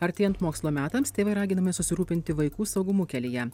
artėjant mokslo metams tėvai raginami susirūpinti vaikų saugumu kelyje